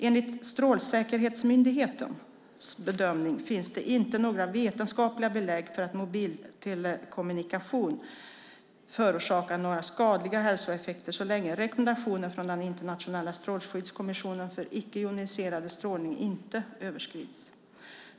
Enligt Strålsäkerhetsmyndighetens bedömning finns det inte några vetenskapliga belägg för att mobil telekommunikation förorsakar några skadliga hälsoeffekter så länge rekommendationerna från Internationella strålskyddskommissionen för icke-joniserande strålning inte överskrids.